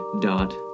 dot